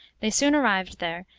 they soon arrived there,